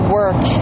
work